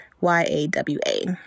y-a-w-a